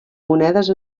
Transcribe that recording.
monedes